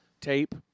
tape